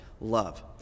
love